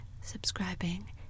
subscribing